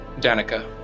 Danica